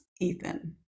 Ethan